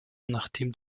nachdem